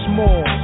more